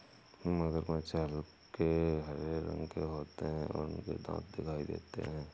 मगरमच्छ हल्के हरे रंग के होते हैं और उनके दांत दिखाई देते हैं